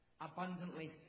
abundantly